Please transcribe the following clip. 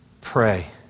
Pray